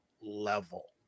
level